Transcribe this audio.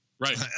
Right